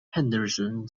henderson